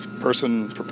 person